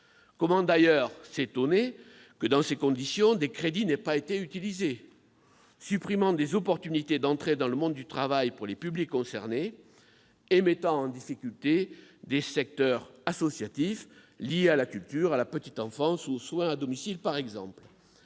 Comment d'ailleurs s'étonner que, dans ces conditions, des crédits n'aient pas été utilisés, supprimant des occasions d'entrer dans le monde du travail pour les publics concernés et mettant en difficulté des secteurs associatifs liés à la culture, à la petite enfance ou aux soins à domicile par exemple ?